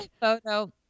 Photo